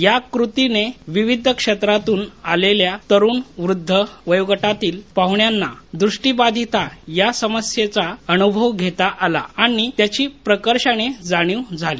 या कृतीने विविध क्षेत्रामधून आलेल्या तरूण वृद्ध वयोगटातील पाहूण्यांना दृष्टिबाधिता या समस्येचा अनुभव घेता आला आणि प्रकर्षाने जाणिव झाली